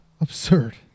absurd